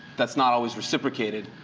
that's not always reciprocated.